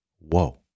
whoa